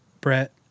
brett